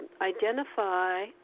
identify